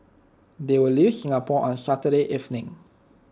they will leave Singapore on Saturday evening